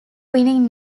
winning